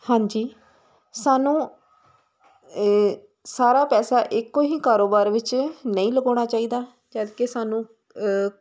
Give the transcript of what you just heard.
ਹਾਂਜੀ ਸਾਨੂੰ ਇਹ ਸਾਰਾ ਪੈਸਾ ਇੱਕੋ ਹੀ ਕਾਰੋਬਾਰ ਵਿੱਚ ਨਹੀਂ ਲਗਾਉਣਾ ਚਾਹੀਦਾ ਜਦੋਂ ਕਿ ਸਾਨੂੰ